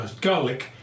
garlic